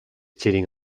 cheating